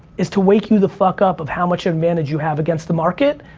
is to wake you the fuck up of how much advantage you have against the market.